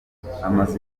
amazu